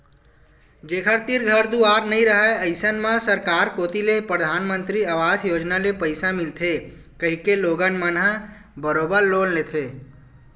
जेखर तीर घर दुवार नइ राहय अइसन म सरकार कोती ले परधानमंतरी अवास योजना ले पइसा मिलथे कहिके लोगन मन ह बरोबर लोन लेथे